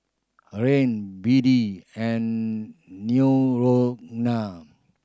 Rene B D and